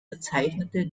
verzeichnete